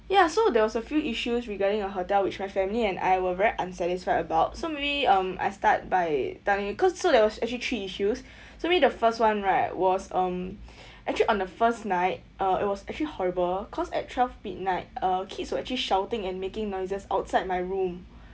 ya so there was a few issues regarding your hotel which my family and I were very unsatisfied about so maybe um I start by telling you cause so there was actually three issues to me the first [one] right was um actually on the first night uh it was actually horrible cause at twelve midnight uh kids were actually shouting and making noises outside my room